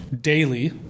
daily